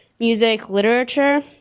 music, literature.